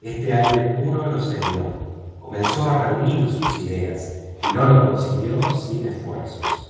este aire puro lo serenó comenzó a reunir sus ideas y no lo consiguió sin esfuerzos